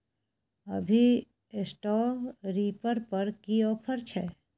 अभी straw reaper पर की ऑफर छै?